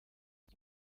iki